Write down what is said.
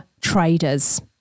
traders